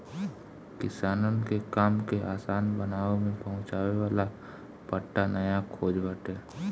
किसानन के काम के आसान बनावे में पहुंचावे वाला पट्टा नया खोज बाटे